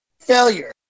Failure